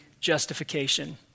justification